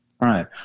Right